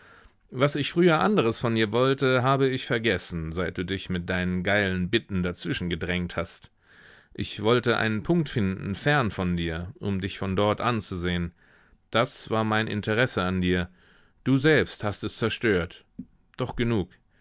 was ich früher anderes von dir wollte habe ich vergessen seit du dich mit deinen geilen bitten dazwischen gedrängt hast ich wollte einen punkt finden fern von dir um dich von dort anzusehen das war mein interesse an dir du selbst hast es zerstört doch genug